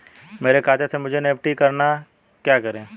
मेरे खाते से मुझे एन.ई.एफ.टी करना है क्या करें?